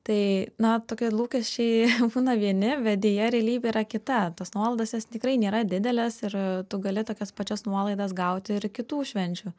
tai na tokie lūkesčiai būna vieni bet deja realybė yra kita tos nuolaidos jos tikrai nėra didelės ir tu gali tokias pačias nuolaidas gauti ir kitų švenčių